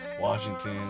Washington